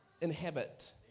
inhabit